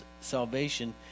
salvation